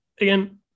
again